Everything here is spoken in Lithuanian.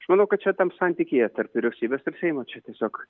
aš manau kad čia tam santikyje tarp vyriausybės ir seimo čia tiesiog